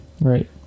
Right